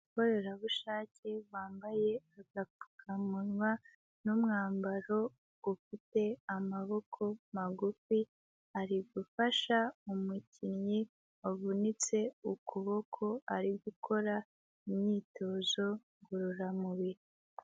Abakorerabushake bambaye agapfukamunwa n'umwambaro ufite amaboko magufi, ari gufasha umukinnyi wavunitse ukuboko, ari gukora imyitozo ngororamubiri.